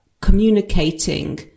communicating